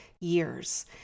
years